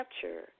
capture